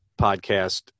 podcast